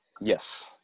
yes